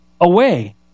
away